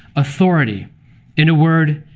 authority in a word,